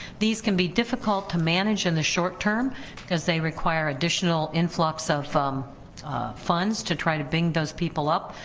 these can be difficult to manage in the short term as they require additional influx of um funds to try to bring those people up,